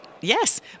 Yes